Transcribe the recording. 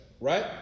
right